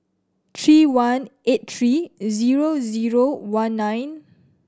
three one eight three zero zero one nine